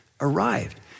arrived